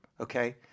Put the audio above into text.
Okay